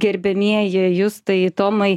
gerbiamieji justai tomai